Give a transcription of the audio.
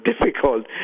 difficult